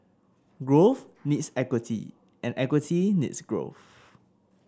growth needs equity and equity needs growth